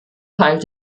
teil